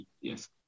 yes